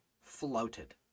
floated